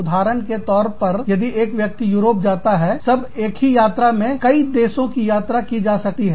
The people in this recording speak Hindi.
उदाहरण के तौर पर यदि एक व्यक्ति यूरोप जाता है सब एक ही यात्रा में कई देशों की यात्रा की जा सकती है